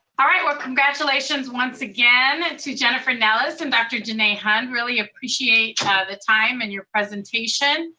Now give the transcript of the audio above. all right, well congratulations once again and to jennifer nellis, and dr. janet hund, really appreciate the time and your presentation.